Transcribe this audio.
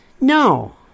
No